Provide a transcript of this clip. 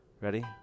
Ready